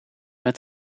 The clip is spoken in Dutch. met